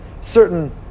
certain